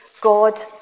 God